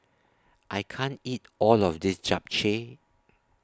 I can't eat All of This Japchae